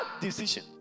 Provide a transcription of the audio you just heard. decision